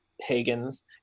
pagans